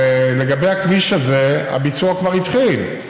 לגבי הכביש הזה, הביצוע כבר התחיל,